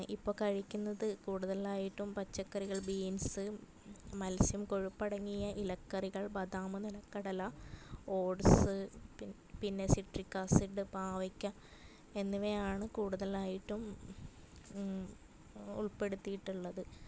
ഇപ്പം കഴിക്കുന്നത് കൂടുതലായിട്ടും പച്ചക്കറികൾ ബീൻസ് മത്സ്യം കൊഴുപ്പടങ്ങിയ ഇലക്കറികൾ ബദാംമ് നിലക്കടല ഓട്സ് പിന്നെ പിന്നെ സിട്രിക്കാസിഡ് പാവയ്ക്ക എന്നിവയാണ് കൂടുതലായിട്ടും ഉൾപ്പെടുത്തിയിട്ടുള്ളത്